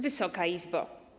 Wysoka Izbo!